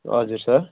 हजुर सर